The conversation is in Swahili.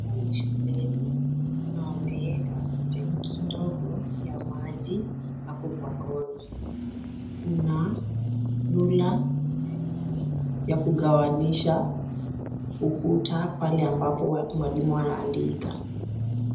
Hapa ni shuleni na wameweka tenki ndogo ya maji hapo kwa kona. Kuna rula ya kugawanyisha ukuta pale ambapo mwalimu anaandika.